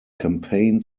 campaign